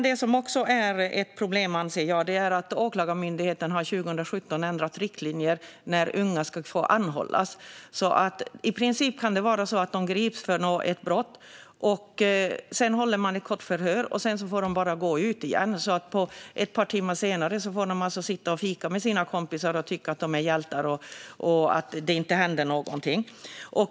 Det som också är ett problem, anser jag, är att Åklagarmyndigheten sedan 2017 har ändrade riktlinjer för när unga ska få anhållas. I princip kan de gripas för ett brott, sedan håller man ett kort förhör och sedan får de bara gå ut igen. Ett par timmar senare kan de alltså sitta och fika med sina kompisar och tycka att de är hjältar och att det inte hände någonting.